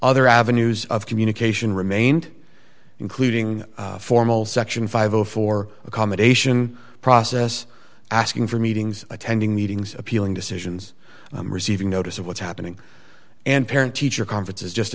other avenues of communication remained including formal section five hundred and four accommodation process asking for meetings attending meetings appealing decisions receiving notice of what's happening and parent teacher conferences just